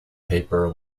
paper